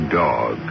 dog